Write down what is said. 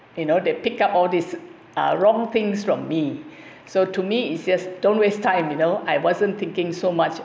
you know they pick up all this uh wrong things from me so to me it's just don't waste time you know I wasn't thinking so much